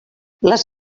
les